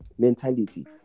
mentality